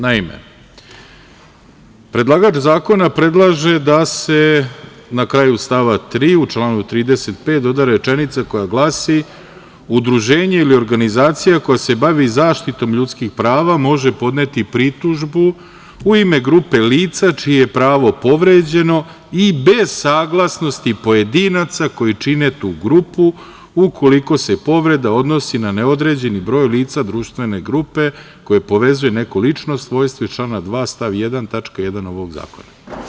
Naime, predlagač zakona predlaže da se na kraju stava 3. u članu 35. doda rečenica koja glasi – udruženje ili organizacija koja se bavi zaštitom ljudskih prava može podneti pritužbu u ime grupe lica čije je pravo povređeno i bez saglasnosti pojedinaca koji čine tu grupu ukoliko se povreda odnosi na neodređeni broj lica društvene grupe koje povezuje neko lično svojstvo iz člana 2. stav 1. tačka 1) ovog zakona.